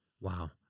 Wow